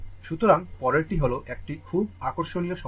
সুতরাং পরেরটি হল একটি খুব আকর্ষণীয় সমস্যা